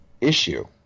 issue